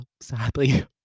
sadly